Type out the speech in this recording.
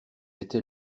étais